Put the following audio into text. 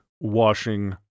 washing